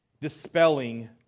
dispelling